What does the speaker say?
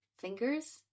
fingers